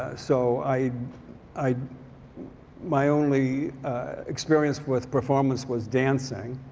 ah so i i my only experience with performance was dancing.